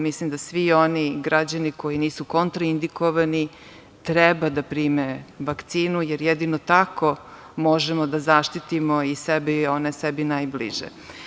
Mislim da svi oni građani koji nisu kontraindikovani treba da prime vakcinu, jer jedino tako možemo da zaštitimo sebe i one sebi najbliže.